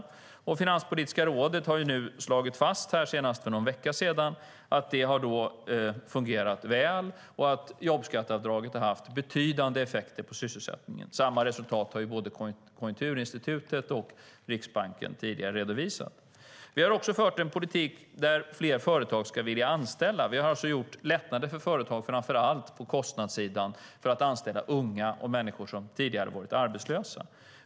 Senast för en vecka sedan slog Finanspolitiska rådet fast att detta har fungerat väl och att jobbskatteavdraget har haft betydande effekter på sysselsättningen. Samma resultat har både Konjunkturinstitutet och Riksbanken tidigare redovisat. Vi har också fört en politik där fler företag ska vilja anställa. Vi har infört lättnader för företag, framför allt på kostnadssidan, för att anställa unga och människor som tidigare varit arbetslösa.